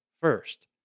first